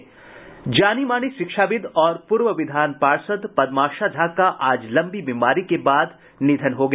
जानीमानी शिक्षाविद् और पूर्व विधान पार्षद् पद्माशा झा का आज लंबी बीमारी के बाद निधन हो गया